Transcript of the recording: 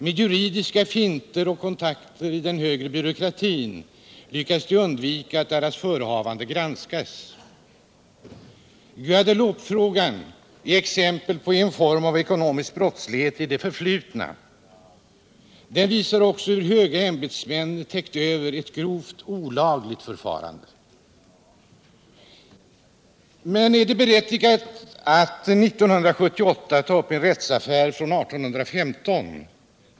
Med juridiska finter och kontakter i den högre byråkratin lyckas de undvika att deras förehavanden granskas. Guadeloupefrågan är ett exempel på en form av ekonomisk brottslighet i det förflutna. Den visar också hur höga ämbetsmän täckt över ett grovt olagligt förfarande. Är det berättigat att 1978 ta upp en rättsaffär från 1815?